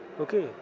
Okay